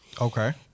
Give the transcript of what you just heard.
Okay